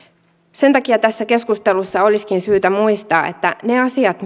sen takia tässä keskustelussa olisikin syytä muistaa että ne asiat